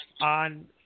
on